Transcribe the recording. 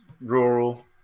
rural